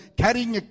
carrying